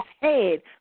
head